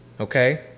Okay